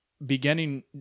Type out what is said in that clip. beginning